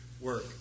work